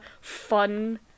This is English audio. fun